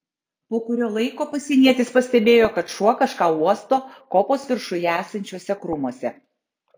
po kurio laiko pasienietis pastebėjo kad šuo kažką uosto kopos viršuje esančiuose krūmuose